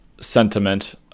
sentiment